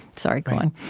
sorry, go on